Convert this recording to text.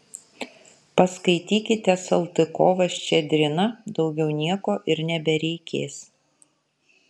paskaitykite saltykovą ščedriną daugiau nieko ir nebereikės